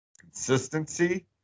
consistency